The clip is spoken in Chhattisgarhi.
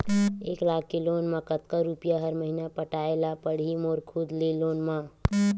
एक लाख के लोन मा कतका रुपिया हर महीना पटाय ला पढ़ही मोर खुद ले लोन मा?